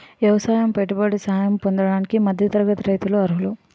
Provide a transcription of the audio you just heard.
ఎవసాయ పెట్టుబడి సహాయం పొందడానికి మధ్య తరగతి రైతులు అర్హులు